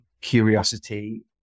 curiosity